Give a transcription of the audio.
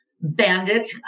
Bandit